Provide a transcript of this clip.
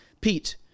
Pete